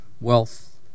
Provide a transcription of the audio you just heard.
wealth